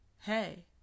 hey